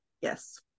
Yes